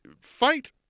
fight